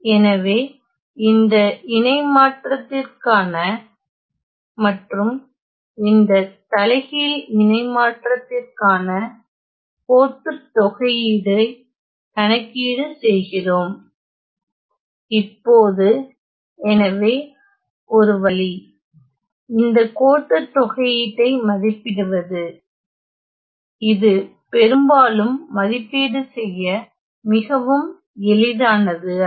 எனவே இந்த இணைமாற்றத்திற்கான மற்றும் இந்த தலைகீழ் இணைமாற்றத்திற்கான கோட்டுத் தொகையீடு ஐ கணக்கீடு செய்கிறோம் இப்போது எனவே ஒரு வழி இந்த கோட்டுத் தொகையீட்டை மதிப்பிடுவது இது பெரும்பாலும் மதிப்பீடு செய்ய மிகவும் எளிதானது அல்ல